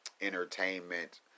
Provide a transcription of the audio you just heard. entertainment